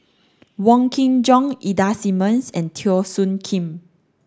Wong Kin Jong Ida Simmons and Teo Soon Kim